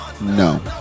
No